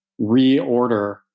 reorder